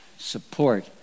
Support